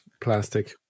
plastic